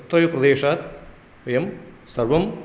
तत्रैव प्रदेशात् वयं सर्वं